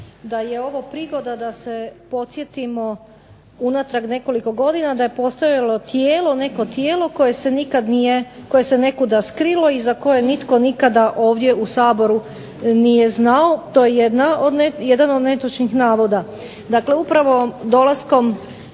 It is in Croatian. da je ovo prigoda da se podsjetimo unatrag nekoliko godina, da je postojalo tijelo, neko tijelo koje se nikad nije, koje se nekuda skrilo i za koje nitko nikada ovdje u Saboru nije znao. To je jedan od netočnih navoda.